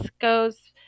goes